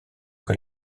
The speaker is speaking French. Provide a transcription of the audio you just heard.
que